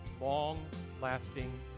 long-lasting